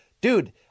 Dude